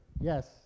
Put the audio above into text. Yes